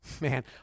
Man